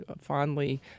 fondly